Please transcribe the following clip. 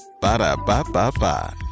Ba-da-ba-ba-ba